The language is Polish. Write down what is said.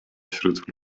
wśród